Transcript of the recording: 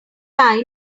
have